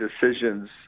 decisions –